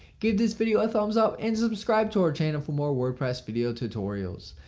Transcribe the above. give this video a thumbs up and subscribe to our channel for more wordpress video tutorials.